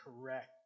correct